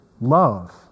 love